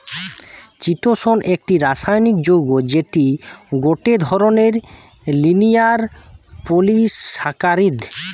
চিতোষণ একটি রাসায়নিক যৌগ্য যেটি গটে ধরণের লিনিয়ার পলিসাকারীদ